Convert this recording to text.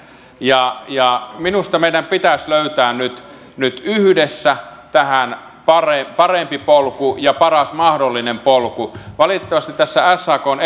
ja ja minusta meidän pitäisi löytää nyt nyt yhdessä tähän parempi parempi polku ja paras mahdollinen polku valitettavasti tässä sakn